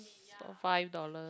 five dollar